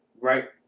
right